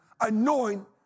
anoint